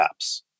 apps